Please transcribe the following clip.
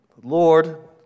Lord